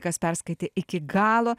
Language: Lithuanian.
kas perskaitė iki galo